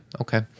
okay